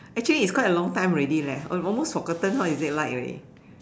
actually it's quite a long time already leh almost forgotten how is it like already